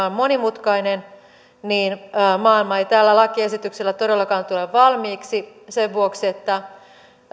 on monimutkainen niin maailma ei tällä lakiesityksellä todellakaan tule valmiiksi sen vuoksi että